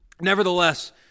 nevertheless